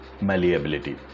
malleability